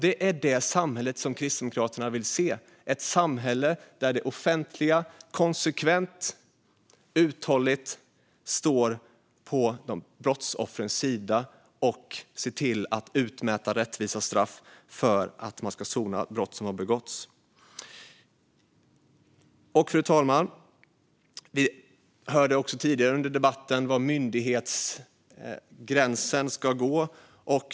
Det är detta samhälle som Kristdemokraterna vill se - ett samhälle där det offentliga konsekvent och uthålligt står på brottsoffrens sida och ser till att utmäta rättvisa straff för att brott som har begåtts ska sonas. Fru talman! Vi hörde tidigare i debatten att det talades om var myndighetsgränsen ska gå.